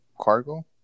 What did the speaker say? Cargo